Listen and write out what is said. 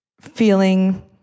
Feeling